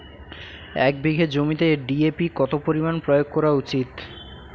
এক বিঘে জমিতে ডি.এ.পি কত পরিমাণ প্রয়োগ করা উচিৎ?